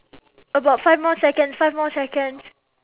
about five more seconds five more seconds